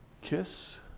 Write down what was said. kiss